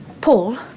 Paul